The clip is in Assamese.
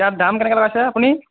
ইয়াত দাম কেনেকে লগাইছে আপুনি